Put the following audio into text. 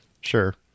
Sure